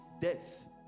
death